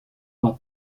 par